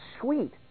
sweet